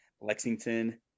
Lexington